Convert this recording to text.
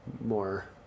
more